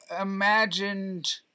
imagined